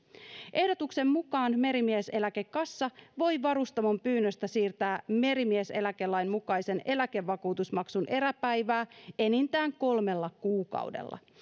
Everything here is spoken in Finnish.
ehdotuksen mukaan merimieseläkekassa voi varustamon pyynnöstä siirtää merimieseläkelain mukaisen eläkevakuutusmaksun eräpäivää enintään kolmella kuukaudella